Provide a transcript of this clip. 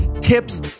tips